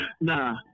nah